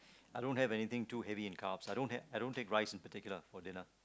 I don't have anything too heavy in carbs I don't have I don't take rice in particular for dinner